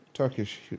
Turkish